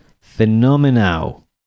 Phenomenal